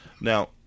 Now